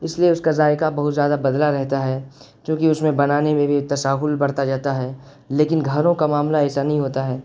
اس لیے اس کا ذائقہ بہت زیادہ بدلا رہتا ہے کیوںکہ اس میں بنانے میں بھی تساہل برتا جاتا ہے لیکن گھروں کا معاملہ ایسا نہیں ہوتا ہے